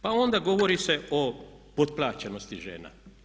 Pa onda govori se o potplaćenosti žena.